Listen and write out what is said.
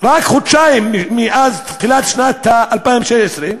רק חודשיים מאז תחילת שנת 2016,